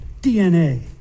dna